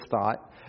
thought